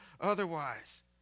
otherwise